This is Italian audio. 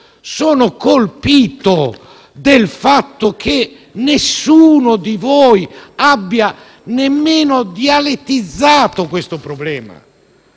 Sono colpito dal fatto che nessuno di voi abbia nemmeno dialettizzato questo problema.